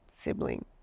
sibling